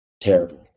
terrible